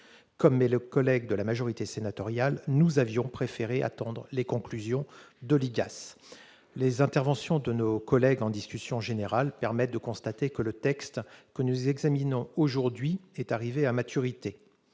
de mes collègues de la majorité sénatoriale, nous avions préféré attendre les conclusions de l'IGAS. Les différentes interventions dans le cadre de la discussion générale permettent de constater que le texte que nous examinons aujourd'hui est arrivé à maturité.